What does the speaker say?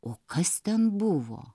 o kas ten buvo